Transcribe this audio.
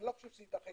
אני לא חושב שזה יידחה,